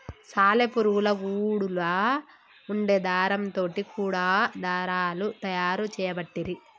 సాలె పురుగుల గూడులా వుండే దారం తోటి కూడా దారాలు తయారు చేయబట్టిరి